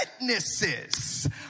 witnesses